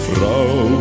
Frau